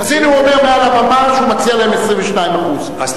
אז הנה הוא אומר מעל הבמה שהוא מציע להם 22%. אדוני,